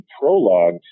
prologue